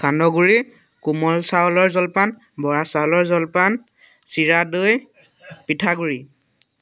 সান্দহগুড়ি কোমল চাউলৰ জলপান বৰা চাউলৰ জলপান চিৰাদৈ পিঠাগুড়ি